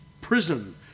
prison